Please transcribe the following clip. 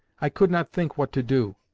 i could not think what to do.